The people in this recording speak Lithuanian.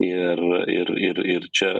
ir ir ir ir čia